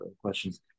questions